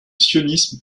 sionisme